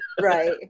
Right